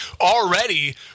Already